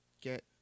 get –